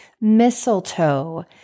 mistletoe